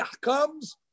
comes